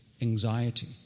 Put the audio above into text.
anxiety